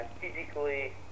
physically